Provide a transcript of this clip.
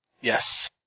Yes